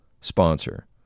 sponsor